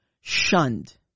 shunned